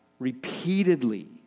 repeatedly